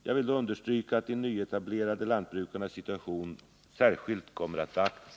Jag vill då understryka att de nyetablerade lantbrukarnas situation kommer att särskilt beaktas.